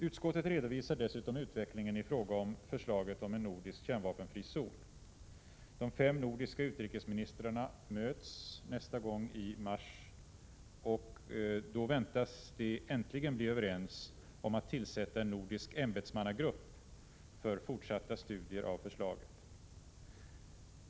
Utskottet redovisar dessutom utvecklingen i fråga om förslaget om en nordisk kärnvapenfri zon. De fem nordiska utrikesministrarna möts nästa gång i mars och då väntas de äntligen bli överens om att tillsätta en nordisk ämbetsmannagrupp för fortsatta studier av förslaget.